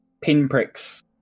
pinpricks